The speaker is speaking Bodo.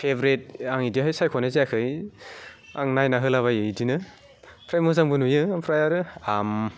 फेभ्रेट आं इदिहाय सायख'नाय जायाखै आं नायना होलाबायो बिदिनो फ्राय मोजांबो नुयो ओमफ्राय आरो हाम